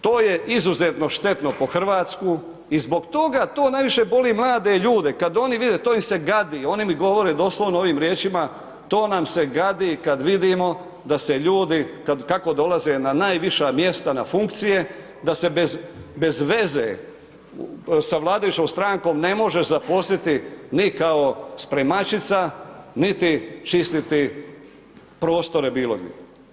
To je izuzetno štetno po Hrvatsku i zbog toga to najviše boli mlade ljudi, kad oni vide to im se gadi, oni mi govore doslovno ovim riječima to nam se gadi kad vidimo da se ljudi, kako dolaze na najviša mjesta na funkcije da se bez, bez veze sa vladajućom strankom ne može zaposliti ni kao spremačica, niti čistiti prostore bilo gdi.